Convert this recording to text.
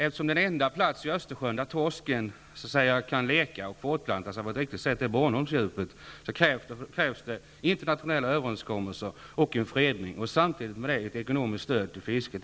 Eftersom den enda plats i Östersjön som torsken kan leka och fortplanta sig på är Bornholmsdjupet, krävs det internationella överenskommelser och en fredning, samtidigt som det krävs ett ekonomiskt stöd till fisket.